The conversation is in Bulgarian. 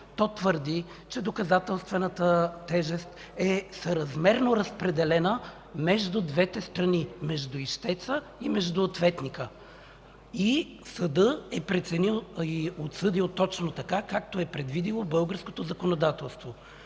То твърди, че доказателствената тежест е съразмерно разпределена между двете страни – ищец и ответник. Съдът е преценил и осъдил точно така, както е предвидило българското законодателство.